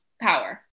power